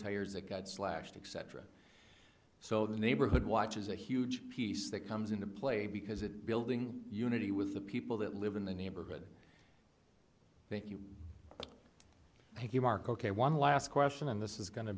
tires a god slapstick cetera so the neighborhood watch is a huge piece that comes into play because it's building unity with the people that live in the neighborhood thank you thank you mark ok one last question on this is go